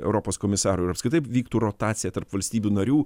europos komisarų ir apskritai vyktų rotacija tarp valstybių narių